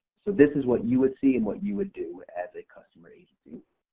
so this is what you would see and what you would do as a customer agency.